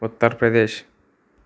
Uttar Pradesh